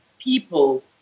people